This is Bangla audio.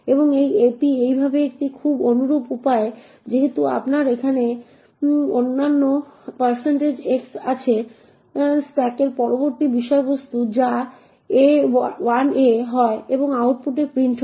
এবং এই ap এইভাবে একটি খুব অনুরূপ উপায়ে যেহেতু আপনার এখানে অন্যান্য x আছে স্ট্যাকের পরবর্তী বিষয়বস্তু যা 1a হয় এবং আউটপুটে প্রিন্ট হয়